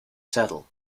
settle